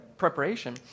Preparation